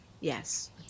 yes